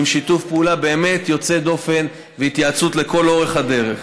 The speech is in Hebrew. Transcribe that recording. על שיתוף פעולה באמת יוצא דופן והתייעצות לכל אורך הדרך.